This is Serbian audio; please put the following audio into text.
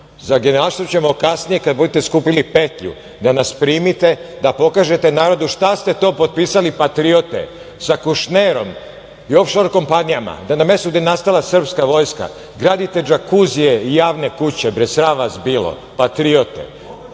Generalštab ćemo kasnije, kada budete skupili petlju da nas primite, da pokažete narodu šta ste to potpisali, patriote, sa Kušnerom i ofšor kompanijama, da na mestu gde je nastala srpska vojska gradite đakuzije i javne kuće. Sram vas bilo, patriote!